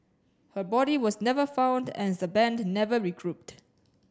her body was never found and the band never regrouped